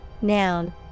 noun